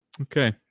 okay